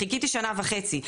חיכיתי שנה וחצי,